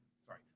sorry